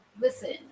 Listen